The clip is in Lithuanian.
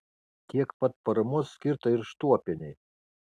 tiek pat paramos skirta ir štuopienei